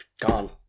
gone